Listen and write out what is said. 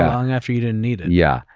um long after you didn't need it. yeah.